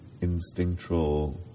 instinctual